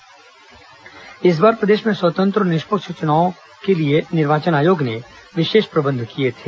निगरानी दल कार्रवाई इस बार प्रदेश में स्वतंत्र और निष्पक्ष चुनाव के लिए निर्वाचन आयोग ने विशेष प्रबंध किए थे